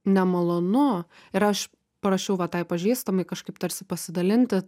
nemalonu ir aš parašiau va tai pažįstamai kažkaip tarsi pasidalinti